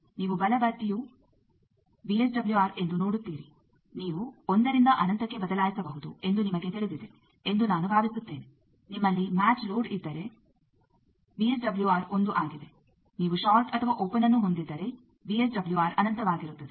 ನೀವು ಬಲ ಬದಿಯು ವಿಎಸ್ಡಬ್ಲ್ಯೂಆರ್ ಎಂದು ನೋಡುತ್ತೀರಿ ನೀವು ಒಂದರಿಂದ ಅನಂತಕ್ಕೆ ಬದಲಾಯಿಸಬಹುದು ಎಂದು ನಿಮಗೆ ತಿಳಿದಿದೆ ಎಂದು ನಾನು ಭಾವಿಸುತ್ತೇನೆ ನಿಮ್ಮಲ್ಲಿ ಮ್ಯಾಚ್ ಲೋಡ್ ಇದ್ದರೆ ವಿಎಸ್ಡಬ್ಲ್ಯೂಆರ್ 1 ಆಗಿದೆ ನೀವು ಷಾರ್ಟ್ ಅಥವಾ ಓಪೆನ್ಅನ್ನು ಹೊಂದಿದ್ದರೆ ವಿಎಸ್ಡಬ್ಲ್ಯೂಆರ್ ಅನಂತವಾಗಿರುತ್ತದೆ